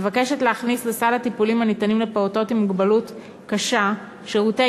מבקשת להכניס לסל הטיפולים הניתנים לפעוטות עם מוגבלות קשה שירותי